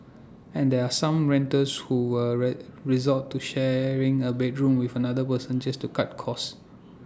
and there are some renters who were red resort to sharing A bedroom with another person just to cut costs